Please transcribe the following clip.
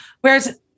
Whereas